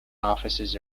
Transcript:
offices